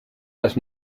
las